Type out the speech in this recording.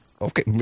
okay